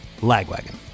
Lagwagon